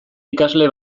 ikasle